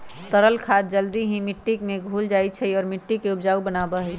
तरल खाद जल्दी ही मिट्टी में घुल मिल जाहई और मिट्टी के उपजाऊ बनावा हई